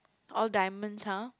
all diamonds !huh!